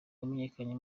wamenyekanye